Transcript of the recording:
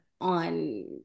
on